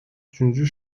üçüncü